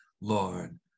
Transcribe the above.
Lord